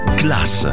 class